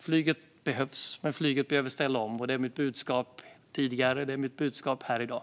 Flyget behövs, men flyget behöver ställa om. Det har varit mitt budskap tidigare, och det är mitt budskap här i dag.